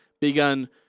begun